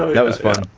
that was fun.